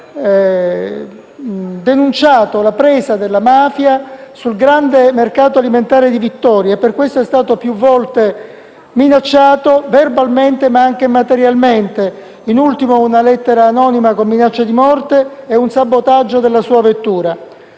denunciato la presa della mafia sul grande mercato alimentare di Vittoria e che per questo è stato più volte minacciato verbalmente, ma anche materialmente, in ultimo con una lettera anonima contenente minacce di morte e con un sabotaggio della sua vettura.